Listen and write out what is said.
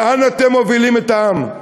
לאן אתם מובילים את העם,